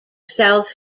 south